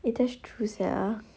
eh that's true sia